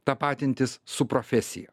tapatintis su profesija